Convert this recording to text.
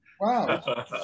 Wow